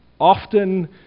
often